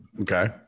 Okay